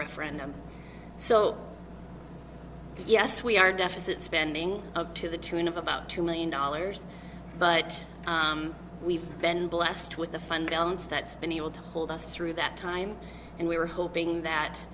referendum so yes we are deficit spending of to the tune of about two million dollars but we've been blessed with the fundaments that's been able to hold us through that time and we were hoping that